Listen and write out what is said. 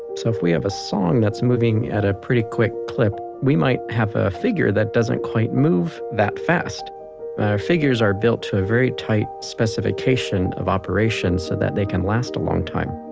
so if we have a song that's moving at a pretty quick clip, we might have a figure that doesn't quite move that fast. our figures are built to a very tight specification of operation so that they can last a long time.